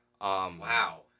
Wow